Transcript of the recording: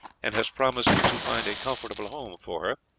and has promised to find a comfortable home for her,